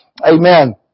Amen